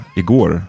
igår